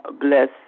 bless